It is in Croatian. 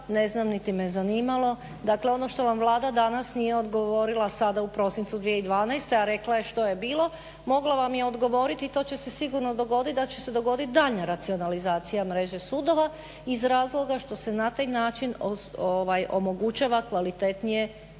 Ne znam, niti me zanimalo. Dakle, ono što vam Vlada danas nije odgovorila sada u prosincu 2012., a rekla je što je bilo mogla vam je odgovoriti i to će se sigurno dogoditi da će se dogoditi daljnja racionalizacija mreže sudova iz razloga što se na taj način omogućava kvalitetnije sudovanje.